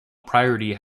priority